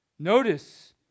Notice